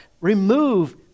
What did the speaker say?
Remove